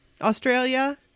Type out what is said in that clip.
Australia